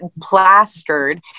plastered